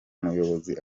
umuyobozi